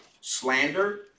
slander